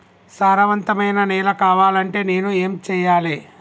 సారవంతమైన నేల కావాలంటే నేను ఏం చెయ్యాలే?